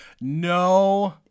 No